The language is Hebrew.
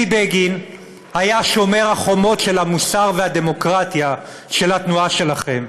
בגין היה שומר החומות של המוסר והדמוקרטיה של התנועה שלכם,